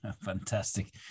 Fantastic